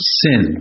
sin